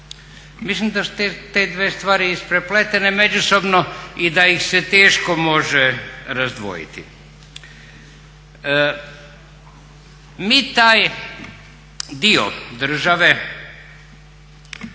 Mislim da su te dvije stvari isprepletene međusobno i da ih se teško može razdvojiti. Mi taj dio države